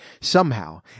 somehow